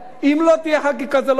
אם לא תהיה חקיקה זה לא ילך,